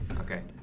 Okay